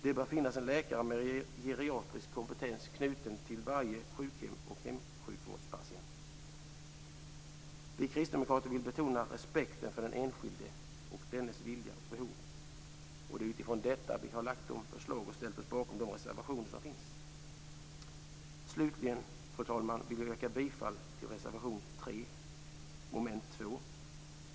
Det bör finnas en läkare med geriatrisk kompetens knuten till varje sjukhem och hemsjukvårdspatient. Vi kristdemokrater vill betona respekten för den enskilde och dennes vilja och behov. Det är utifrån detta vi har lagt fram våra förslag och ställt oss bakom de reservationer som finns. Slutligen, fru talman, vill jag yrka bifall till reservation 3 under mom. 2.